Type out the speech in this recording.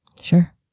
sure